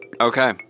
Okay